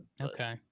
Okay